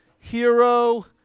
hero